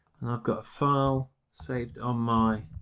and i've got a file saved on my